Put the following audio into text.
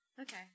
Okay